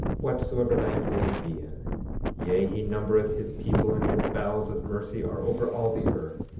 whatsoever land they may be in yea, he numbereth his people, and his bowels of mercy are over all the earth.